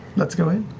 let's go in.